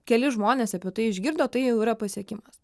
keli žmonės apie tai išgirdo tai jau yra pasiekimas